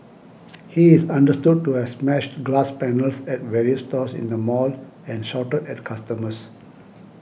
he is understood to has smashed glass panels at various stores in the mall and shouted at customers